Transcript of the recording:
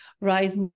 Rise